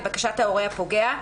לבקשת ההורה הפוגע,